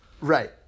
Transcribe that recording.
Right